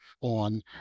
on